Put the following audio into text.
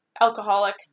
Alcoholic